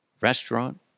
restaurant